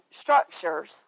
structures